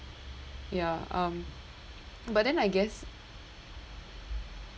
ya um but then I guess